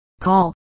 Call